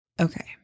Okay